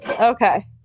Okay